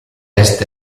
est